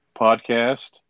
podcast